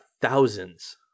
thousands